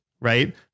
Right